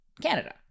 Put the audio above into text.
Canada